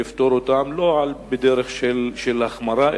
לפתור אותם לא בדרך של החמרה,